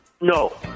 No